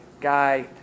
guy